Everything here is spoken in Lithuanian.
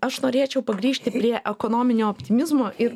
aš norėčiau pagrįžti prie ekonominio optimizmo ir